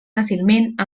fàcilment